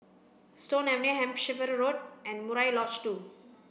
Stone Avenue Hampshire Road and Murai LodgeTwo